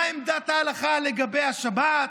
מה עמדת ההלכה לגבי השבת,